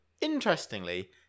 Interestingly